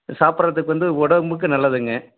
சாப்பிட்றதுக்கு வந்து உடம்புக்கு நல்லதுங்க